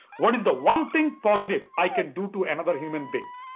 what is the one thing positive i can do to another human being?